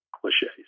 cliches